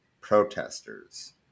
protesters